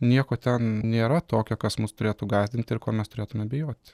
nieko ten nėra tokio kas mus turėtų gąsdinti ir ko mes turėtume bijoti